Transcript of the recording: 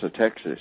Texas